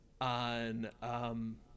on